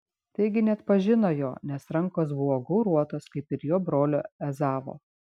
taigi neatpažino jo nes rankos buvo gauruotos kaip ir jo brolio ezavo